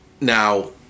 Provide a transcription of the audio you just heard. now